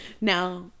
Now